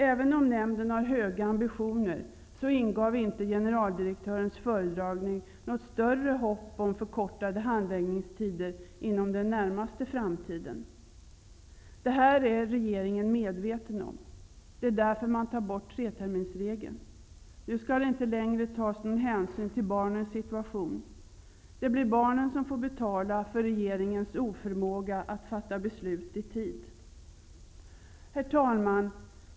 Även om nämnden har höga ambitioner, ingav generaldirektörens föredragning inte något större hopp om förkortade handläggningenstider inom den närmaste framtiden. Detta är regeringen medveten om, och det är därför som man tar bort treterminsregeln. Nu skall det inte längre tas någon hänsyn till barnens situation. Det blir barnen som får betala för regeringens oförmåga att fatta beslut i tid. Herr talman!